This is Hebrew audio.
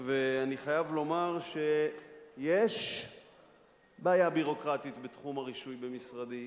ואני חייב לומר שיש בעיה ביורוקרטית בתחום הרישוי במשרדי,